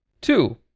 Two